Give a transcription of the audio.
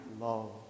love